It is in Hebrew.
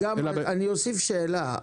אוסיף שאלה.